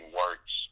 works